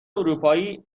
اروپایی